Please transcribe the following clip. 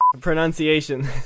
Pronunciation